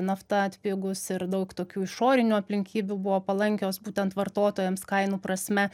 nafta atpigus ir daug tokių išorinių aplinkybių buvo palankios būtent vartotojams kainų prasme